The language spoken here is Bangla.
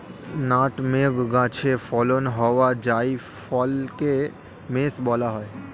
নাটমেগ গাছে ফলন হওয়া জায়ফলকে মেস বলা হয়